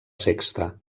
sexta